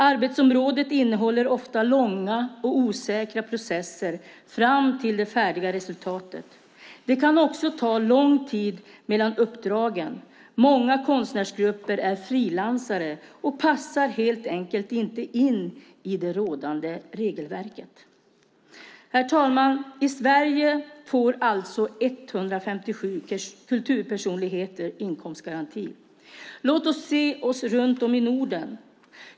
Arbetsområdet innehåller ofta långa och osäkra processer fram till det färdiga resultatet. Det kan också gå lång tid mellan uppdragen. Många konstnärsgrupper är frilansare och passar helt enkelt inte in i det rådande regelverket. Herr talman! I Sverige får alltså 157 kulturpersonligheter inkomstgarantin. Låt oss se oss om i Norden.